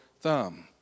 thumb